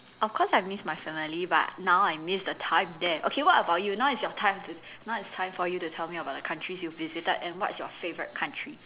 of course I miss my family but now I miss the time there okay what about you now is your time to now is time for you to tell me the countries you've visited and what's your favourite country